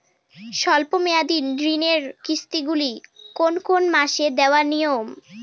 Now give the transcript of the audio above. স্বল্প মেয়াদি ঋণের কিস্তি গুলি কোন কোন মাসে দেওয়া নিয়ম?